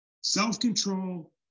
Self-control